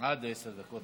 עד עשר דקות.